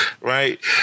right